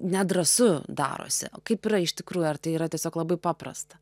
nedrąsu darosi o kaip yra iš tikrųjų ar tai yra tiesiog labai paprasta